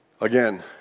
Again